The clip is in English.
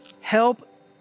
help